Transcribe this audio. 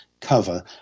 cover